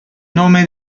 nome